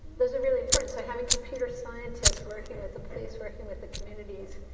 those are really important. so have and computer scientists working with the police, working with the communities,